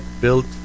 built